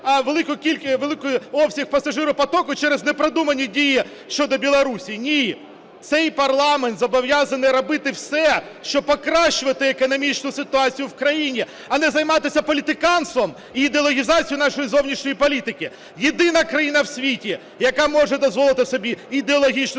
який втратив великий обсяг пасажиропотоку через непродумані дії щодо Білорусі? Ні, цей парламент зобов'язаний робити все, щоб покращувати економічну ситуацію в країні, а не займатися політиканством і ідеологізацією нашої зовнішньої політики. Єдина країна в світі, яка може дозволити собі ідеологічну